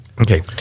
Okay